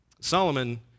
Solomon